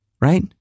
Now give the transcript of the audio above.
right